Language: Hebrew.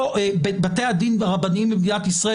בתי הדין הרבניים במדינת ישראל,